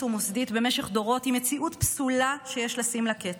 ומוסדית במשך דורות היא מציאות פסולה שיש לשים לה קץ.